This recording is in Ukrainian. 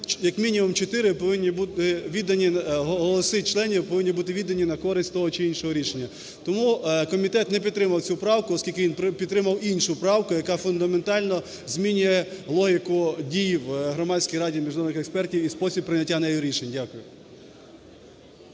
віддані… голоси членів повинні віддані на користь того чи іншого рішення. Тому комітет не підтримав цю правку, оскільки він підтримав іншу правку, яка фундаментально змінює логіку дій в Громадській раді міжнародних експертів і спосіб прийняття нею рішень. Дякую.